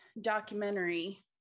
documentary